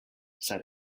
said